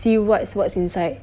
see what's what's inside